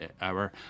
hour